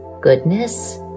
goodness